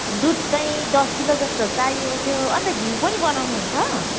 दुध चाहिँ दस किलो जस्तो चाहिएको थियो अन्त घिउ पनि बनाउनु हुन्छ